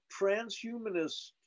transhumanist